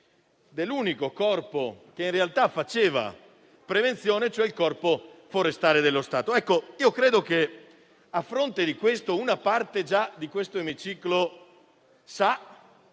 dell'unico corpo che in realtà faceva prevenzione, cioè il Corpo forestale dello Stato. Io credo che, a fronte di questo, una parte di questo emiciclo sa